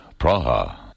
Praha